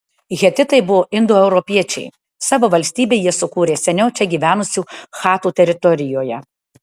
hetitai buvo indoeuropiečiai savo valstybę jie sukūrė seniau čia gyvenusių chatų teritorijoje